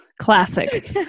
Classic